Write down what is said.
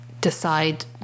decide